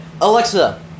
Alexa